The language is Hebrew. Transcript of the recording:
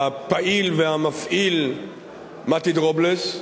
הפעיל והמפעיל מתי דרובלס.